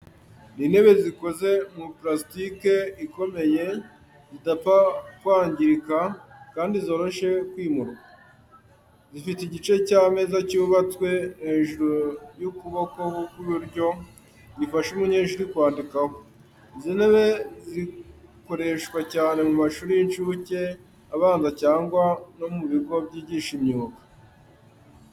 Ni intebe zikoze mu parasitike ikomeye, zidapfa kwangirika, kandi zoroshye kwimurwa. zifite igice cy’ameza cyubatswe hejuru y’ukuboko kw’iburyo, gifasha umunyeshuri kwandikaho. Izi ntebe zikoreshwa cyane mu mashuri y’incuke, abanza, cyangwa no mu bigo byigisha imyuga.